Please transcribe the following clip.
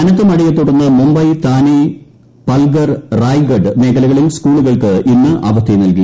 കനത്ത മഴയെ തുടർന്ന് മുംബൈ താനേ പൽഘർ റായ്ഗഡേ മേഖലകളിൽ സ്കൂളു കൾക്ക് ഇന്ന് അവധി നൽകി